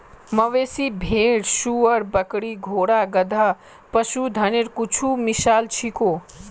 मवेशी, भेड़, सूअर, बकरी, घोड़ा, गधा, पशुधनेर कुछु मिसाल छीको